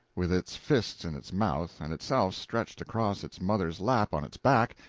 with its fists in its mouth and itself stretched across its mother's lap on its back,